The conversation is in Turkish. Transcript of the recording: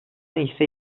ise